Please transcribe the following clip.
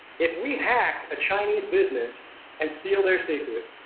if we hack a chinese business and steal their secrets,